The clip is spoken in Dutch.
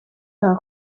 gaan